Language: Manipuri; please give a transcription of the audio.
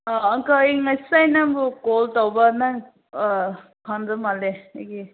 ꯑꯪꯀꯜ ꯑꯩ ꯉꯁꯥꯏ ꯅꯪꯕꯨ ꯀꯣꯜ ꯇꯧꯕꯅꯦ ꯈꯪꯗꯔ ꯃꯥꯜꯂꯦ ꯑꯩꯒꯤ